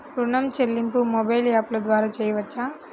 ఋణం చెల్లింపు మొబైల్ యాప్ల ద్వార చేయవచ్చా?